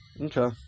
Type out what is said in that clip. Okay